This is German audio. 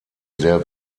sehr